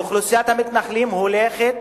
אוכלוסיית המתנחלים הולכת